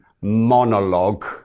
monologue